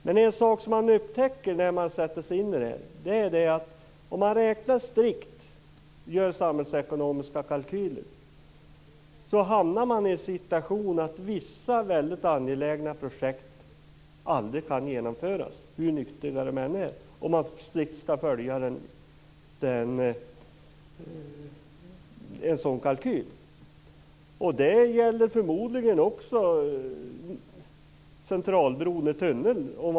Men en sak som man upptäcker när man sätter sig in i frågan är att om man skall följa strikta samhällsekonomiska kalkyler, hamnar man i situationen att vissa väldigt angelägna projekt aldrig kan genomföras, hur nyttiga de än är. Det gäller förmodligen också Centralbron och tunneln.